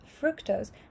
fructose